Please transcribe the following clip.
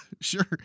Sure